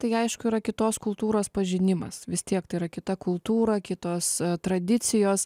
tai aišku yra kitos kultūros pažinimas vis tiek tai yra kita kultūra kitos tradicijos